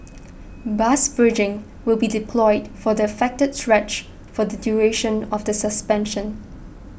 bus bridging will be deployed for the affected stretch for the duration of the suspension